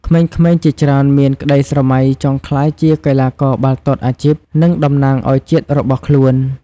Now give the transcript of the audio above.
ក្មេងៗជាច្រើនមានក្តីស្រមៃចង់ក្លាយជាកីឡាករបាល់ទាត់អាជីព និងតំណាងឲ្យជាតិរបស់ខ្លួន។